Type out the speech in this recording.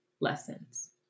lessons